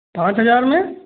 साठ हजार में